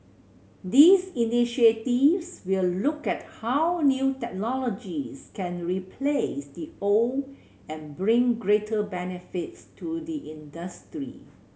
these initiatives will look at how new technologies can replace the old and bring greater benefits to the industry